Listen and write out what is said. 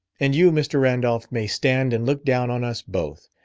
and you, mr. randolph, may stand and look down on us both.